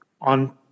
on